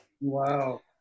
Wow